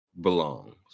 belongs